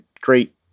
great